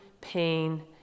pain